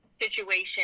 situation